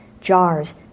jars